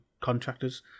contractors